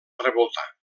revoltar